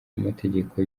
amategeko